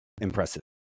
impressive